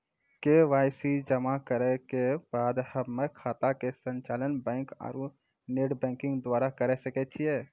KYC जमा करला के बाद हम्मय खाता के संचालन बैक आरू नेटबैंकिंग द्वारा करे सकय छियै?